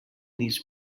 this